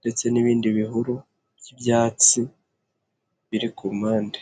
ndetse n'ibindi bihuru by'ibyatsi biri ku mpande.